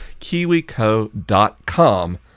KiwiCo.com